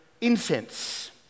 incense